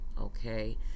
okay